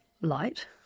light